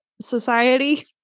society